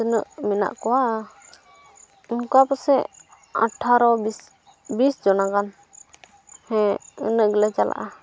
ᱛᱤᱱᱟᱹᱜ ᱢᱮᱱᱟᱜ ᱠᱚᱣᱟ ᱚᱱᱠᱟ ᱯᱟᱥᱮᱡ ᱟᱴᱷᱟᱨᱳ ᱵᱤᱥ ᱵᱤᱥ ᱡᱚᱱᱟ ᱜᱟᱱ ᱦᱮᱸ ᱩᱱᱟᱹᱜ ᱜᱮᱞᱮ ᱪᱟᱞᱟᱜᱼᱟ